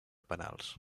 penals